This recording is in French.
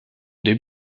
début